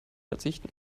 verzichten